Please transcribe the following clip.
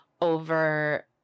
over